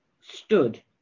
stood